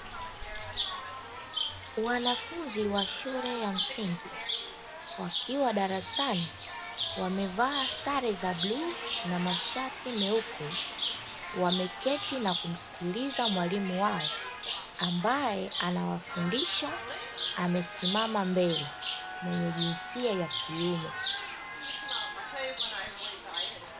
Wanafunzi wa shule ya msingi wakiwa darasani wamevaa sare za bluu na mashati meupe, wameketi na kumsikiliza mwalimu wao ambaye anawafundisha amesimama mbele mwenye jinsia ya kiume.